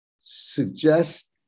suggest